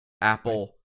Apple